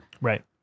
right